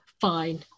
Fine